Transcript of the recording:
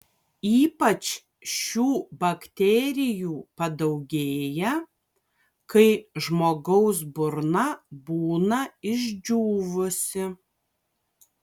ypač šių bakterijų padaugėja kai žmogaus burna būna išdžiūvusi